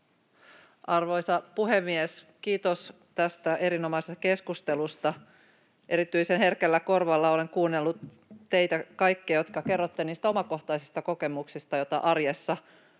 Arvoisa puhemies! Kiitos tästä erinomaisesta keskustelusta. Erityisen herkällä korvalla olen kuunnellut teitä kaikkia, jotka kerrotte niistä omakohtaisista kokemuksista, joita arjessa olette